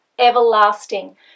everlasting